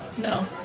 No